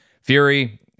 Fury